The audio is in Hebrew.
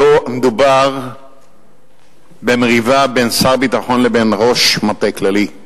שמדובר במריבה בין שר ביטחון לבין ראש מטה כללי.